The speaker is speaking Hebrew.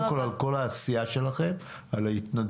קודם כל על כל העשייה שלכם, על ההתנדבות.